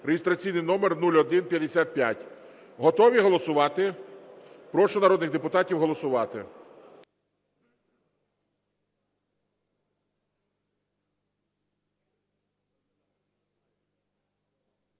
(реєстраційний номер 0155). Готові голосувати? Прошу народних депутатів голосувати.